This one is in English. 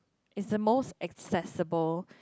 is the most accessible